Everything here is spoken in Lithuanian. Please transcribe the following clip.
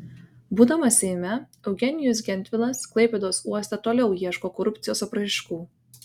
būdamas seime eugenijus gentvilas klaipėdos uoste toliau ieško korupcijos apraiškų